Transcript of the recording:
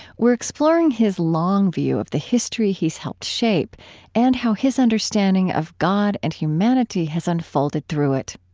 we're exploring his long view of the history he's helped shape and how his understanding of god and humanity has unfolded through it.